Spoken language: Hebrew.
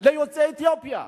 ליוצאי אתיופיה?